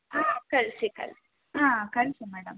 ಕಳಿಸಿ ಕಳಿಸಿ ಹಾಂ ಕಳಿಸಿ ಮೇಡಮ್